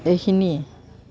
এইখিনিয়ে